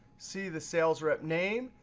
see the salesrep name,